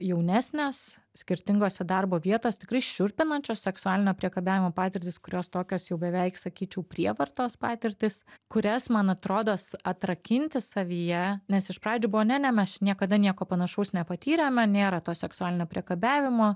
jaunesnės skirtingose darbo vietos tikrai šiurpinančios seksualinio priekabiavimo patirtys kurios tokios jau beveik sakyčiau prievartos patirtys kurias man atrodos atrakinti savyje nes iš pradžių buvo ne ne mes čia niekada nieko panašaus nepatyrėme nėra to seksualinio priekabiavimo